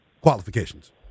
qualifications